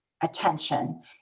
attention